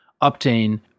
Obtain